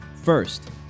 First